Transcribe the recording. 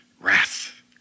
wrath